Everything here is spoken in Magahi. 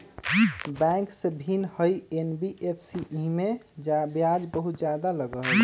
बैंक से भिन्न हई एन.बी.एफ.सी इमे ब्याज बहुत ज्यादा लगहई?